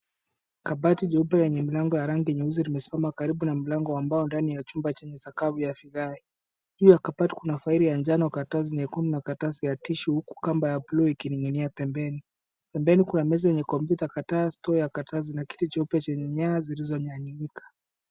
Kabati jeupe lenye mlango wa rangi nyeusi limesimama karibu na mlango wa mbao ndani ya chumba chenye sakafu ya vigae. Juu ya kabati kuna faili ya njano ,karatasi nyekundu na karatasi ya tisuue huku kamba ya buluu ikining'inia pembeni. Pembeni kuna meza yenye kompyuta kadhaa, store ya karatasi na kiti cha nyaya zilizonyanyika.